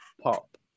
pop